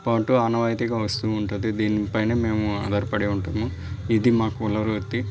పాటు ఆనవాయితిగా వస్తు ఉంటుంది దీనిపైన మేము ఆధారపడే ఉంటాము ఇది మా కుల వృత్తి